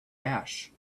ash